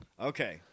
Okay